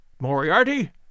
Moriarty